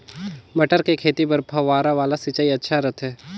मटर के खेती बर फव्वारा वाला सिंचाई अच्छा रथे?